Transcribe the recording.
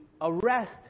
arrest